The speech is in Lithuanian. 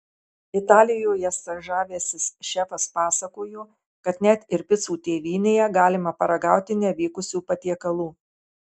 italijoje stažavęsis šefas pasakojo kad net ir picų tėvynėje galima paragauti nevykusių patiekalų